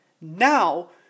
Now